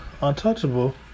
Untouchable